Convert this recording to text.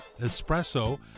Espresso